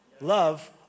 Love